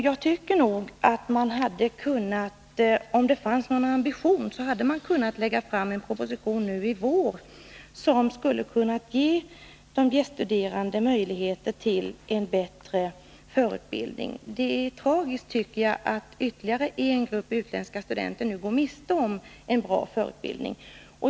Jag tycker nog att om det hade funnits någon ambition så hade man kunnat lägga fram en proposition nu i vår som skulle ha kunnat ge de gäststuderande möjligheter till en bättre förutbildning. Det är tragiskt, tycker jag, att ytterligare en grupp utländska studenter nu går miste om en bra förutbildning.